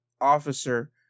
Officer